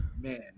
man